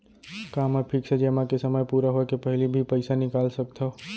का मैं फिक्स जेमा के समय पूरा होय के पहिली भी पइसा निकाल सकथव?